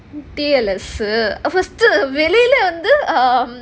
T_L_S first வெளில வந்து:velila vandhu um netball